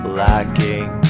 lacking